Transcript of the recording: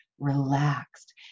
Relaxed